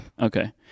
Okay